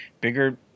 bigger